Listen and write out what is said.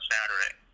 Saturday